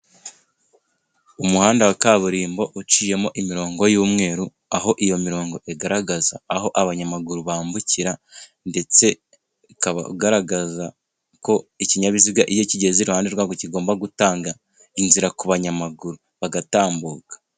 Umuhanda wa kaburimbo uciyemo imirongo y'umweru, aho iyo mirongo igaragaza aho abanyamaguru bambukira, ndetse ukaba ugaragaza ko ikinyabiziga iyo kigeze iruhande rwawo, kigomba gutanga inzira ku banyamaguru bagatambuka.